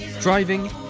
driving